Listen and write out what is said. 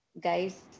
guys